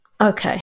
Okay